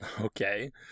Okay